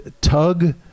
Tug